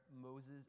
Moses